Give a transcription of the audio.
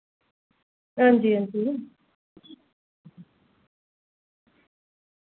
हां जी हां जी